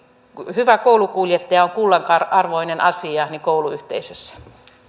hyvä koulukuljettaja on kullanarvoinen asia kouluyhteisössä